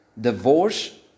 Divorce